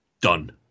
Done